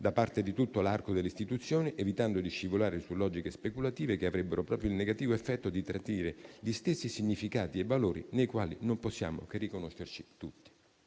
da parte di tutto l'arco delle istituzioni, evitando di scivolare su logiche speculative che avrebbero proprio il negativo effetto di tradire gli stessi significati e valori nei quali non possiamo che riconoscerci tutti.